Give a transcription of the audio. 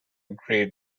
grey